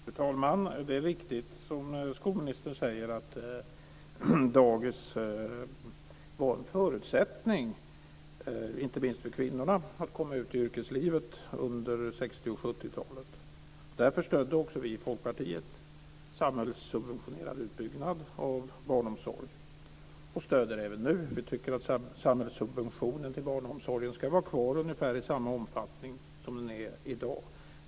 Fru talman! Det är riktigt som skolministern säger att dagis var en förutsättning inte minst för kvinnorna att komma ut i yrkeslivet under 60 och 70-talet. Därför stödde också vi i Folkpartiet samhällssubventionerad utbyggnad av barnomsorgen och gör så även nu. Vi tycker att samhällssubventionen till barnomsorgen ska vara kvar i ungefär samma omfattning som i dag.